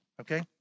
okay